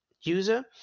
user